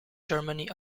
germany